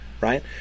right